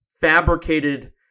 fabricated